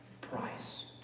price